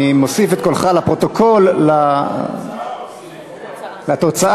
צריך לפרוטוקול את התוצאה.